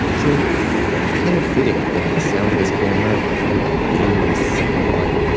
so it's kind of fitting that the sound of his camera would gain this second life